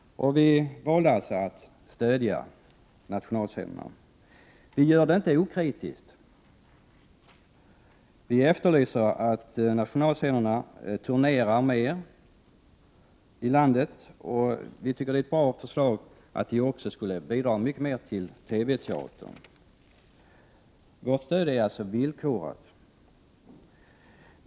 Vi valde alltså att stödja nationalscenerna. Vi gör det inte okritiskt. Vi efterlyser att nationalscenerna skall turnera mer ilandet, och vi tycker det är ett bra förslag att de också skall bidra mycket mer till TV-teatern. Vårt stöd är alltså villkorat.